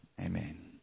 Amen